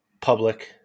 public